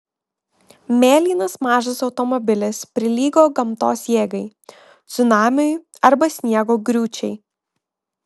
mėlynas mažas automobilis prilygo gamtos jėgai cunamiui arba sniego griūčiai